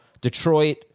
Detroit